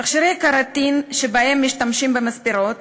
תכשירי קראטין שבהם משתמשים במספרות